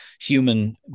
human